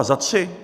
Za tři?